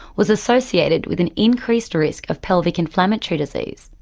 was associated with an increased risk of pelvic inflammatory disease.